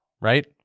right